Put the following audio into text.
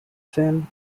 firm